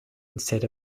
instead